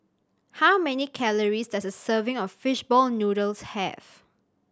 how many calories does a serving of fish ball noodles have